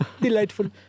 Delightful